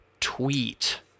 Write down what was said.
tweet